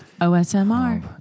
OSMR